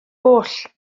goll